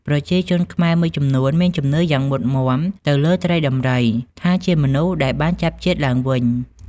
ប្រជាជនខ្មែរមួយចំនួនមានជំនឿយ៉ាងមុតមាំទៅលើត្រីដំរីថាជាមនុស្សដែលបានចាប់ជាតិឡើងវិញ។